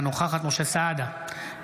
אינה נוכחת משה סעדה,